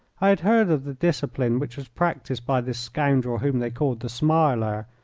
i had heard of the discipline which was practised by this scoundrel whom they called the smiler,